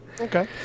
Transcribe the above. Okay